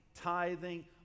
tithing